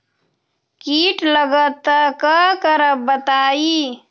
कीट लगत त क करब बताई?